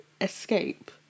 escape